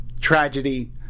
tragedy